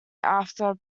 after